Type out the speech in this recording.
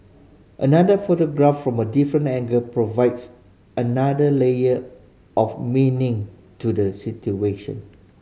another photograph from a different angle provides another layer of meaning to the situation